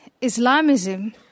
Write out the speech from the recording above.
Islamism